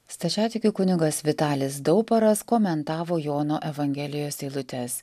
stačiatikių kunigas vitalis daubaras komentavo jono evangelijos eilutes